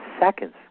seconds